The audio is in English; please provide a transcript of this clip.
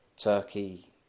Turkey